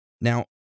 Now